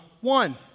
one